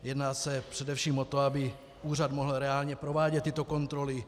Jedná se především o to, aby úřad mohl reálně provádět tyto kontroly.